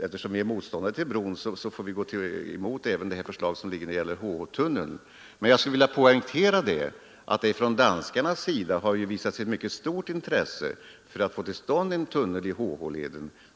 Eftersom vi är motståndare till bron, får vi naturligtvis gå emot även förslaget om HH-tunneln. Men jag skulle vilja poängtera att det från dansk sida redan tidigare har visats ett mycket stort intresse för att få till stånd en tunnel i HH-leden.